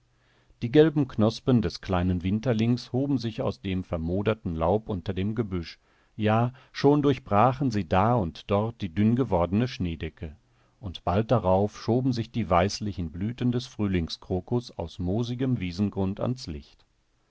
die gelben knospen des kleinen winterlings hoben sich aus dem vermoderten laub unter dem gebüsch ja schon durchbrachen sie da und dort die dünn gewordene schneedecke und bald darauf schoben sich die weißlichen blüten des frühlingskrokus aus moosigem wiesengrund ans licht